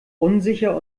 unsicher